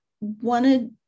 wanted